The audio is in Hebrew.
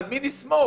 על מי נסמוך?